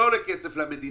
זה לא עולה כסף למדינה?